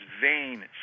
vain